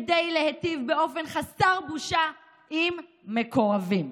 כדי להיטיב באופן חסר בושה עם מקורבים,